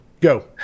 go